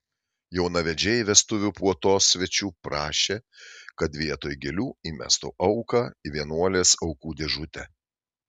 jaunavedžiai vestuvių puotos svečių prašė kad vietoj gėlių įmestų auką į vienuolės aukų dėžutę